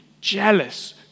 jealous